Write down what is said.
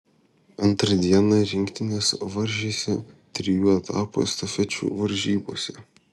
antrą dieną rinktinės varžėsi trijų etapų estafečių varžybose